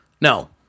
No